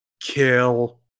kill